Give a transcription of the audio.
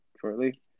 shortly